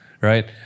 right